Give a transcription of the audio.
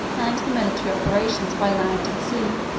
and the military operations by land and sea,